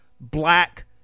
black